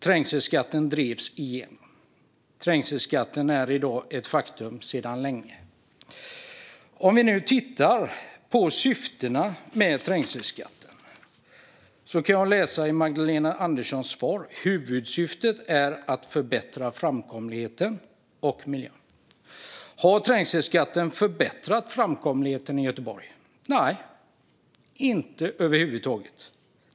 Trängselskatten drevs igenom och är i dag ett faktum sedan länge. Gällande syftena med trängselskatten kan jag läsa i Magdalena Anderssons svar att "huvudsyftet är att förbättra framkomligheten och miljön". Har då trängselskatten förbättrat framkomligheten i Göteborg? Nej, inte över huvud taget.